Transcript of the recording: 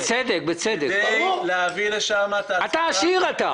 אתה עשיר.